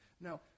Now